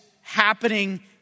happening